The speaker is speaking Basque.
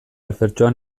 alfertxoa